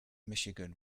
michigan